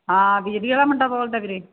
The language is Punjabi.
ਹਾਂ ਬਿਜਲੀ ਵਾਲਾ ਮੁੰਡਾ ਬੋਲਦਾ ਵੀਰੇ